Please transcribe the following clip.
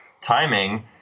timing